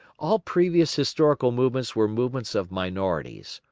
all previous historical movements were movements of minorities,